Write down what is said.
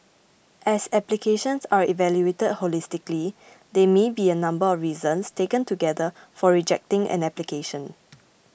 as applications are evaluated holistically there may be a number of reasons taken together for rejecting an application